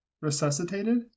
resuscitated